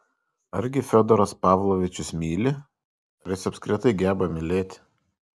argi fiodoras pavlovičius myli ar jis apskritai geba mylėti